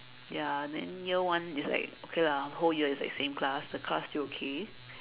ya then year one is like okay lah whole year it's like same class the class still okay